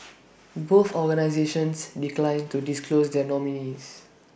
both organisations declined to disclose their nominees